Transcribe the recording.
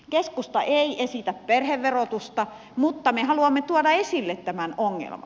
keskusta ei esitä perheverotusta mutta me haluamme tuoda esille tämän ongelman